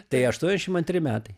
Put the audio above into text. tai aštuoniasdešim antri metai